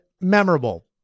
memorable